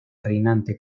reinante